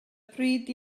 pryd